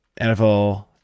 NFL